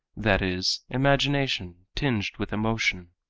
that is, imagination tinged with emotion.